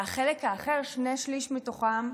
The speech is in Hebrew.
והחלק האחר, שני שליש מתוכם,